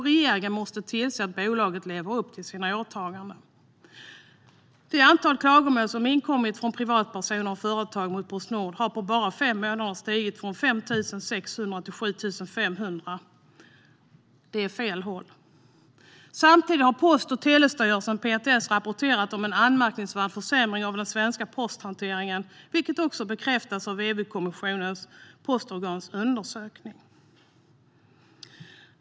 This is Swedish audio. Regeringen måste tillse att bolaget lever upp till sina åtaganden. Antalet klagomål som inkommit från privatpersoner och företag mot Postnord har på bara fem månader stigit från 5 600 till 7 500. Det går åt fel håll. Samtidigt har Post och telestyrelsen, PTS, rapporterat om en anmärkningsvärd försämring av den svenska posthanteringen, vilket också bekräftas av EU-kommissionens postorgans undersökning.